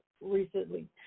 recently